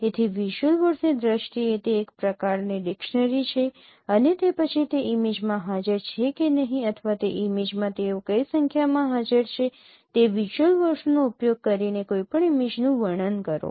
તેથી વિઝ્યુઅલ વર્ડસની દ્રષ્ટિએ તે એક પ્રકારની ડિક્શનરી છે અને તે પછી તે ઇમેજમાં હાજર છે કે નહીં અથવા તે ઇમેજમાં તેઓ કઈ સંખ્યામાં હાજર છે તે વિઝ્યુઅલ વર્ડસનો ઉપયોગ કરીને કોઈપણ ઇમેજનું વર્ણન કરો